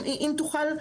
אם תוכל,